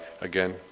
again